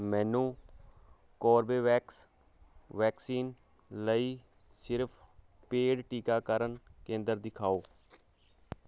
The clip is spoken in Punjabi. ਮੈਨੂੰ ਕੋਰਬੇਵੈਕਸ ਵੈਕਸੀਨ ਲਈ ਸਿਰਫ਼ ਪੇਡ ਟੀਕਾਕਰਨ ਕੇਂਦਰ ਦਿਖਾਓ